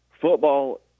football